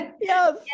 Yes